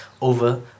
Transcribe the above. over